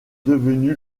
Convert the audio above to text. devenu